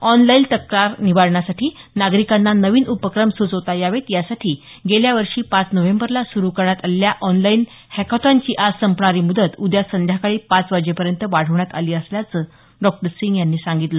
online तक्रार निवारणासाठी नागरिकांना नवीन उपक्रम सूचवता यावे यासाठी गेल्या वर्षी पाच नोव्हेंबरला सुरू करण्यात आलेल्या ऑनलाईन हॅकाथॉनची आज संपणारी मुदत उद्या संध्याकाळी पाच वाजेपर्यंत वाढवण्यात आली असल्याचं डॉ सिंग यावेळी म्हणाले